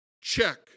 Check